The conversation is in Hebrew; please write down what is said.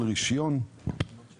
רישיון ואנשים משתמשים בשירותי תשלום שלו,